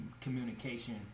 communication